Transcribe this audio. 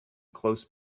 close